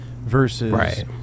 versus